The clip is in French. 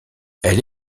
elle